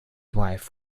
wife